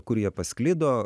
kur jie pasklido